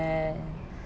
and